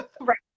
right